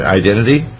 identity